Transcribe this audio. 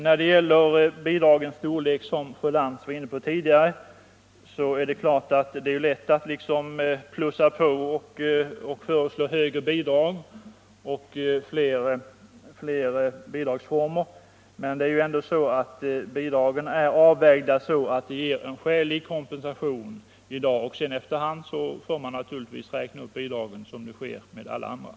När det gäller bidragens storlek, som fru Lantz var inne på tidigare, är det lätt att plussa på, föreslå högre bidrag och fler bidragsformer, men nu är bidragen avvägda på ett sådant sätt att de ger skälig kompensation. Efter hand får man naturligtvis räkna upp vuxenstudiebidraget på samma sätt som sker med andra bidrag.